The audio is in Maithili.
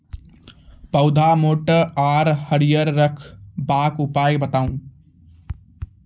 पौधा मोट आर हरियर रखबाक उपाय बताऊ?